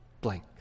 blank